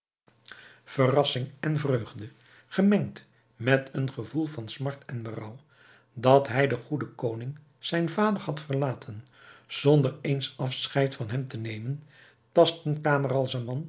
verrassing en vreugde gemengd met een gevoel van smart en berouw dat hij den goeden koning zijn vader had verlaten zonder eens afscheid van hem te nemen tastten camaralzaman